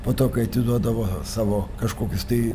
po to kai atiduodavo savo kažkokius tai